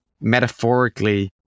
metaphorically